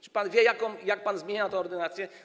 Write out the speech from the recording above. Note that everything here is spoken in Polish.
Czy pan wie, jak pan zmienia tę ordynację?